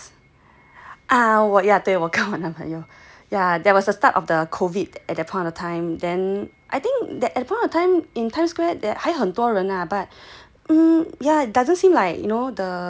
ya 对我跟我的男朋友 ya that was the start of the COVID at that point of time then I think that at point of time in times square 还很多人啊 but um yeah doesn't seem like you know the virus was